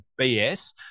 bs